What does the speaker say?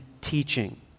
teaching